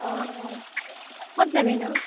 অঁ অঁ ক'ত যাবিনো